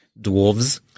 dwarves